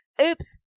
Oops